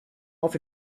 off